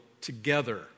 together